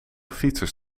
fietsers